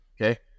Okay